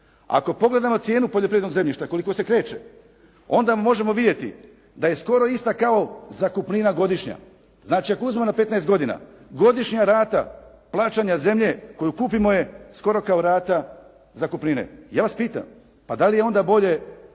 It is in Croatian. Ako pogledamo cijenu poljoprivrednog zemljišta koliko se kreće, onda možemo vidjeti da je skoro ista kao zakupnina godišnja. Znači ako uzmemo na 15 godina, godišnja rata plaćanja zemlje koje kupimo je skoro kao rata zakupnine. Ja vas pitam, pa dali je onda bolje